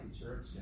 Church